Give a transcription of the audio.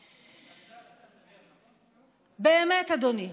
באמת, אדוני,